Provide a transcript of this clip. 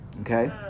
Okay